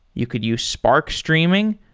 you could use spark streaming,